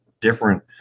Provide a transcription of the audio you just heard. different